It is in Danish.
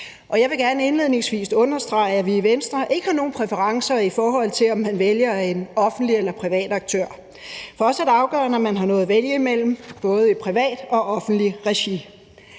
jeg vil gerne indledningsvis understrege, at vi i Venstre ikke har nogen præferencer, i forhold til om man vælger en offentlig eller privat aktør. For os er det afgørende, at man har noget at vælge imellem, både i privat og offentligt regi.